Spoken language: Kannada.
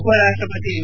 ಉಪರಾಷ್ಟ್ಯ ಪತಿ ಎಂ